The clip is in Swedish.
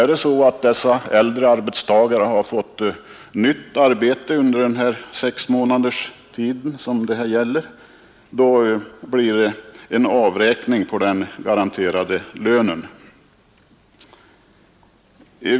Är det så att dessa äldre arbetstagare kan få arbete under den sexmånadersperiod som det här gäller, skall häremot svarande avräkning göras på den garanterade lönen.